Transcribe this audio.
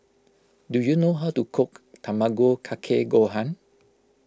do you know how to cook Tamago Kake Gohan